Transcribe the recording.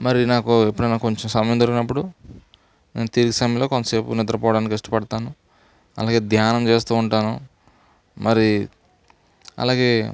మరి నాకు ఎప్పుడన్నా కొంచెం సమయం దొరికినప్పుడు అప్పుడు నేను తీరిక సమయంలో కొంతసేపు నిద్రపోవడానికి ఇష్టపడతాను అలాగే ధ్యానం చేస్తూ ఉంటాను మరి అలాగే